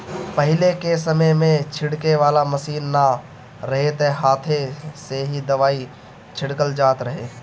पहिले के समय में छिड़के वाला मशीन ना रहे त हाथे से ही दवाई छिड़कल जात रहे